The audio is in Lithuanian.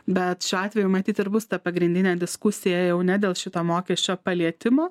bet šiuo atveju matyt ir bus ta pagrindinė diskusija jau ne dėl šito mokesčio palietimo